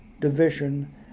division